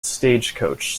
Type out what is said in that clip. stagecoach